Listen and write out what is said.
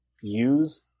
Use